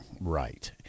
right